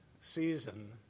season